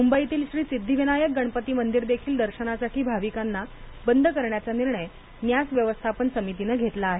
मुंबईतील श्री सिद्धिविनायक गणपती मंदिर देखील दर्शनासाठी भाविकांना बंद करण्याचा निर्णय न्यास व्यवस्थापन समितीनं घेतला आहे